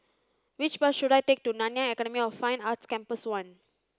which bus should I take to Nanyang Academy of Fine Arts Campus One